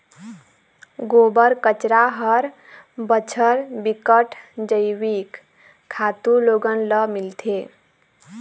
गोबर, कचरा हर बछर बिकट जइविक खातू लोगन ल मिलथे